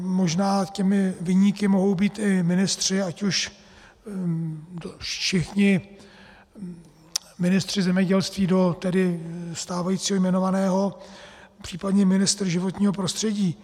Možná těmi viníky mohou být i ministři, ať už všichni ministři zemědělství do tedy stávajícího jmenovaného, případně ministr životního prostředí.